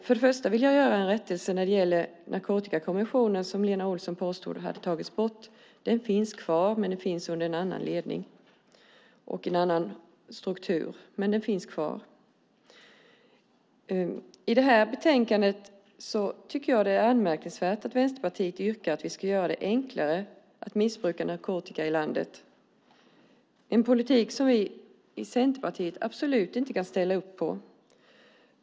Först och främst vill jag göra en rättelse när det gäller Narkotikakommissionen. Lena Olsson påstod att den har tagits bort, men den finns kvar. Den finns under en annan ledning och struktur, men den finns kvar. I detta betänkande tycker jag att det är anmärkningsvärt att Vänsterpartiet yrkar på att vi ska göra det enklare att bruka narkotika i det här landet. Det är en politik som vi i Centerpartiet absolut inte kan ställa upp på.